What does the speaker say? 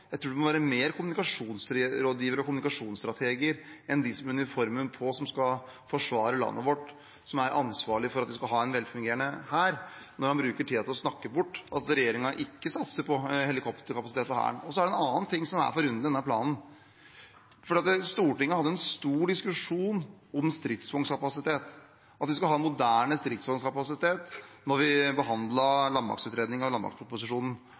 kommunikasjonsrådgivere og kommunikasjonsstrateger enn de som har uniformen på, som skal forsvare landet vårt, og som er ansvarlige for at vi skal ha en velfungerende hær – når han bruker tiden til å snakke bort at regjeringen ikke satser på helikopterkapasitet for Hæren. Så er det en annen ting som er forunderlig i denne planen. Stortinget hadde en stor diskusjon om stridsvognkapasitet, at vi skulle ha en moderne stridsvognkapasitet, da vi behandlet landmaktutredningen og landmaktproposisjonen.